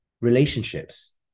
relationships